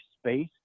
space